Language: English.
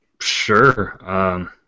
Sure